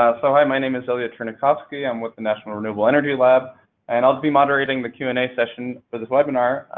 um so, hi, my name is ilya chernyakhovskiy. i'm with the national renewable energy lab and i'll be moderating the q and a session for this webinar.